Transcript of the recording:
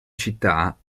città